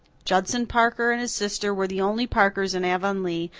judson parker and his sister were the only parkers in avonlea,